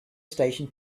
station